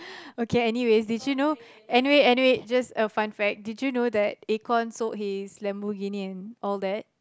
okay anyways did you know anyway anyway just a fun fact did you know that Acorn sold his Lamborghini all that